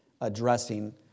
addressing